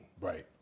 right